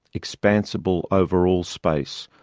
expansible over all space.